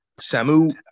Samu